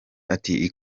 ati